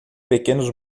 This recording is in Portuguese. pequenos